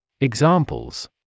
Examples